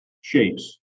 shapes